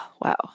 Wow